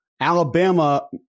Alabama